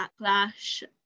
backlash